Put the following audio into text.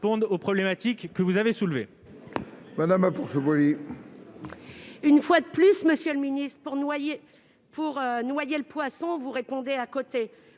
aux problématiques que vous avez soulevées.